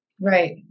Right